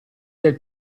del